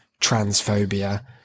transphobia